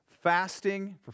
fasting